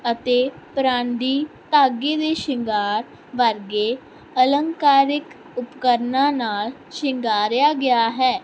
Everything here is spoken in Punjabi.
ਅਤੇ ਪਰਾਂਦੀ ਧਾਗੇ ਦੇ ਸ਼ਿੰਗਾਰ ਵਰਗੇ ਅਲੰਕਾਰਿਕ ਉਪਕਰਨਾਂ ਨਾਲ ਸ਼ਿੰਗਾਰਿਆ ਗਿਆ ਹੈ